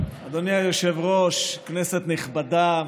אדוני היושב-ראש, כנסת נכבדה,